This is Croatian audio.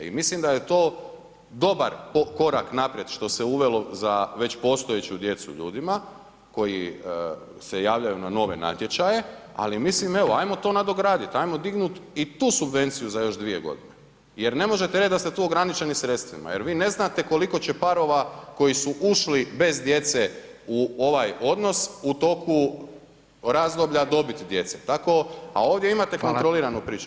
I mislim da je to dobar korak naprijed što se uvelo za već postojeću djecu ljudima koji se javljaju na nove natječaje, ali mislim evo, ajmo to nadograditi, ajmo dignut i tu subvenciju za još 2 godine, jer ne možete reći da ste tu ograničeni sredstvima, jer vi ne znate koliko će parova koji su ušli bez djece u ovaj odnos u toku razdoblja dobiti djecu, tako, a ovdje imate [[Upadica: Hvala.]] kontroliranu priču.